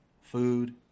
food